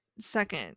second